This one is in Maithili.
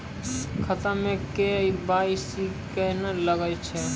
खाता मे के.वाई.सी कहिने लगय छै?